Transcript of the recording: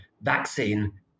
vaccine